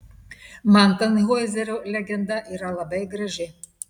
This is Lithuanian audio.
man tanhoizerio legenda yra labai graži